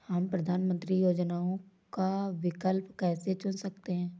हम प्रधानमंत्री योजनाओं का विकल्प कैसे चुन सकते हैं?